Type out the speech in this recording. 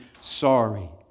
sorry